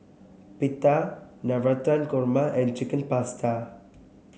Pita Navratan Korma and Chicken Pasta